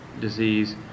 disease